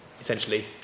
Essentially